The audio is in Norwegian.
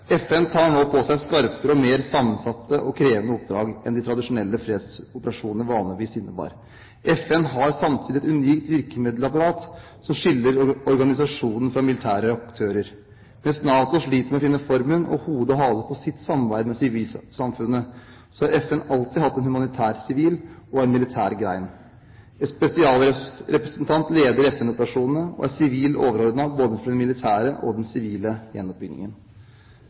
FN tar nå på seg skarpere og mer sammensatte og krevende oppdrag enn de tradisjonelle fredsoperasjonene vanligvis innebar. FN har samtidig et unikt virkemiddelapparat som skiller organisasjonen fra militære aktører. Mens NATO sliter med å finne formen – og hode og hale – på sitt samarbeid med sivilsamfunnet, har FN alltid hatt en humanitær/sivil og en militær grein. En spesialrepresentant leder FN-operasjonene og er sivil overordnet både for den militære og den sivile gjenoppbyggingen.